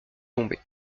tombée